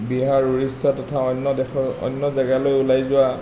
বিহাৰ উৰিষ্যা তথা অন্য দেশৰ অন্য জেগালৈ ওলাই যোৱা